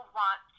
want